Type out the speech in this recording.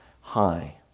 high